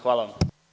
Hvala vam.